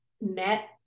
met